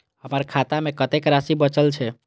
हमर खाता में कतेक राशि बचल छे?